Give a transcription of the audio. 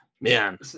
man